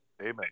Amen